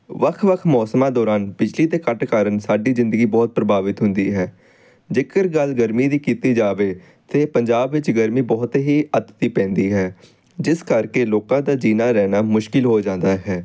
ਵੱਖ ਵੱਖ ਮੌਸਮਾਂ ਦੌਰਾਨ ਬਿਜਲੀ ਦੇ ਕੱਟ ਕਾਰਨ ਸਾਡੀ ਜ਼ਿੰਦਗੀ ਬਹੁਤ ਪ੍ਰਭਾਵਿਤ ਹੁੰਦੀ ਹੈ ਜੇਕਰ ਗੱਲ ਗਰਮੀ ਦੀ ਕੀਤੀ ਜਾਵੇ ਤਾਂ ਪੰਜਾਬ ਵਿੱਚ ਗਰਮੀ ਬਹੁਤ ਹੀ ਅੱਤ ਦੀ ਪੈਂਦੀ ਹੈ ਜਿਸ ਕਰਕੇ ਲੋਕਾਂ ਦਾ ਜੀਣਾ ਰਹਿਣਾ ਮੁਸ਼ਕਲ ਹੋ ਜਾਂਦਾ ਹੈ